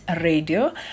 radio